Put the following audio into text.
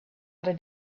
other